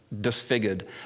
disfigured